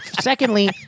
secondly